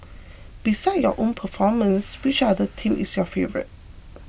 besides your own performance which other team is your favourite